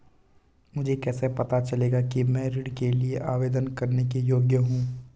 मुझे कैसे पता चलेगा कि मैं ऋण के लिए आवेदन करने के योग्य हूँ?